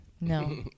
No